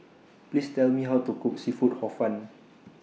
Please Tell Me How to Cook Seafood Hor Fun